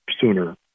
sooner